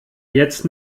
jetzt